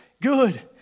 good